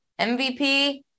MVP